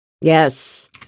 Yes